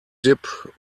dip